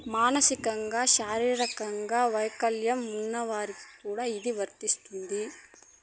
మానసికంగా శారీరకంగా వైకల్యం ఉన్న వారికి కూడా ఇది వర్తిస్తుంది